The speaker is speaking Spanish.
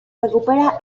recupera